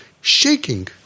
Shaking